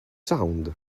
sound